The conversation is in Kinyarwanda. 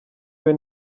iwe